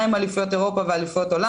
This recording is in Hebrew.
מהם אליפויות אירופה ואליפויות עולם.